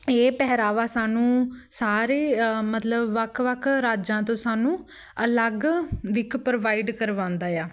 ਇਹ ਪਹਿਰਾਵਾ ਸਾਨੂੰ ਸਾਰੇ ਮਤਲਬ ਵੱਖ ਵੱਖ ਰਾਜਾਂ ਤੋਂ ਸਾਨੂੰ ਅਲੱਗ ਦਿੱਖ ਪ੍ਰੋਵਾਈਡ ਕਰਵਾਉਂਦਾ ਹੈ